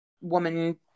woman